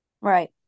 Right